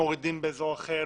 מורידים באזור אחר,